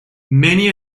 many